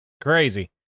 crazy